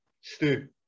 Stu